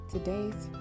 Today's